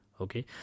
Okay